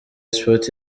sports